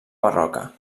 barroca